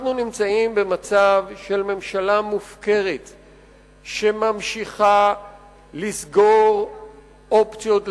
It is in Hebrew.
אנחנו נמצאים במצב של ממשלה מופקרת שממשיכה לסגור אופציות לשלום,